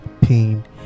pain